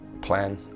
plan